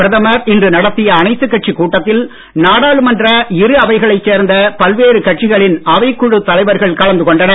பிரதமர் இன்று நடத்திய அனைத்துக் கட்சிக் கட்டத்தில் நாடாளுமன்ற இரு அவைகளைச் சேர்ந்த பல்வேறு கட்சிகளின் அவைக் குழுத் தலைவர்கள் கலந்து கொண்டனர்